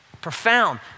Profound